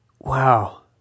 Wow